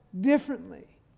differently